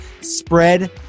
spread